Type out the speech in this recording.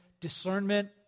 discernment